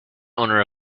owner